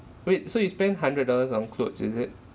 wait so you spend hundred dollars on clothes is it